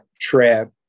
trip